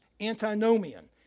antinomian